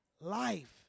life